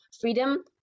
freedom